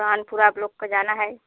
कानपुर आप लोग को जाना है